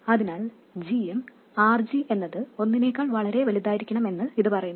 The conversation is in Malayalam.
അതിനാൽ gm RG എന്നത് ഒന്നിനേക്കാൾ വളരെ വലുതായിരിക്കണം എന്ന് ഇത് പറയുന്നു